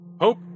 Hope